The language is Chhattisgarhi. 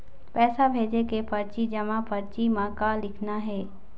पैसा भेजे के परची जमा परची म का लिखना हे?